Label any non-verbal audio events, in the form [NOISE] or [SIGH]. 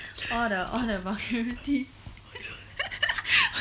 all the all the vulgarity [LAUGHS]